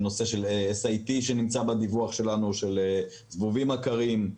נושא SIT שנמצא בדיווח שלנו של זבובים עקרים,